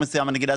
נגיד,